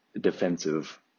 defensive